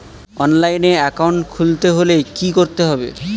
অনলাইনে একাউন্ট খুলতে হলে কি করতে হবে?